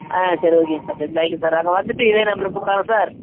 ஆ சரி ஓகேங்க சார் சரி தேங்க் யூ சார் அங்கே வந்துட்டு இதே நம்பருக்கு கூப்பிடவாங்க சார்